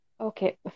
Okay